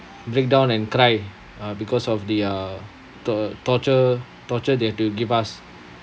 break down and cry uh because of the uh the torture torture they have to give us